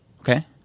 Okay